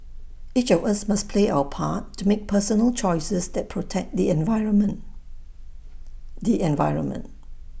each of us must play our part to make personal choices that protect the environment the environment